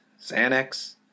Xanax